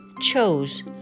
chose